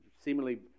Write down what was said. seemingly